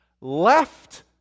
left